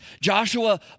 Joshua